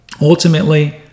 Ultimately